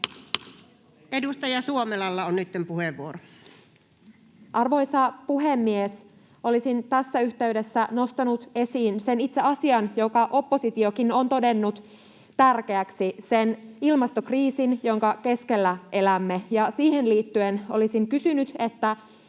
Edustaja Suomelalla on nytten puheenvuoro. Arvoisa puhemies! Olisin tässä yhteydessä nostanut esiin itse sen asian, jonka oppositiokin on todennut tärkeäksi, sen ilmastokriisin, jonka keskellä elämme. Ja siihen liittyen olisin kysynyt: miten